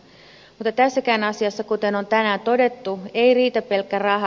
mutta tässäkään asiassa kuten on tänään todettu ei riitä pelkkä raha